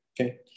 okay